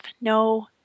no